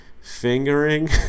Fingering